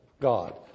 God